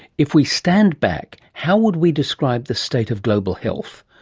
if we stand back, how would we describe the state of global health?